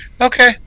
Okay